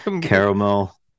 caramel